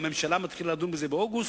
הממשלה מתחילה לדון בזה באוגוסט,